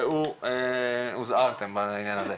ראו הוזהרתם בעניין הזה.